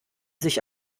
sich